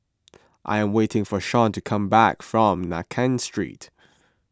I am waiting for Shon to come back from Nankin Street